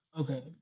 Okay